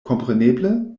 kompreneble